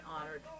honored